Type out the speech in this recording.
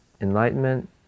enlightenment